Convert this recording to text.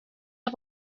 der